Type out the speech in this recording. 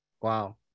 Wow